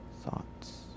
thoughts